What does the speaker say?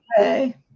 Okay